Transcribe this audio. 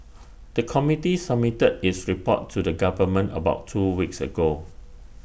the committee submitted its report to the government about two weeks ago